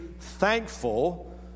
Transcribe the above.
thankful